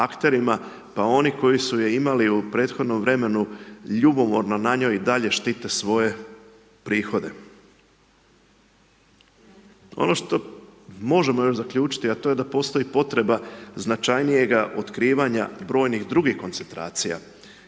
pa oni koji su je imali u prethodnom vremenu, ljubomorno i dalje štite svoje prihode. Ono što možemo još zaključiti, a to je da postoji potreba značajnijega otkrivanja brojnih drugih situacija.